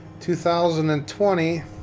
2020